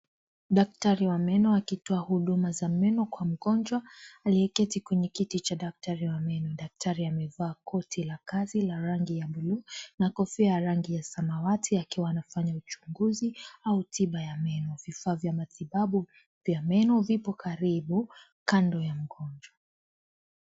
Daktari wa meno akitoa huduma za meno kwa mgonjwa aliyeketi kwenye kiti cha daktari wa meno. Daktari amevaa kotia kazi ya rangi ya bluu na kofia ya rangi ya samawati akiwa anafanya uchunguzi au tiba ya meno. Vifaa vya matibabu vya meno vipo karibu Kando ya mgonjwa.